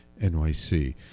NYC